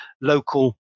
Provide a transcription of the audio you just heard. local